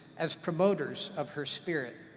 as promoters of her spirit,